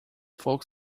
folk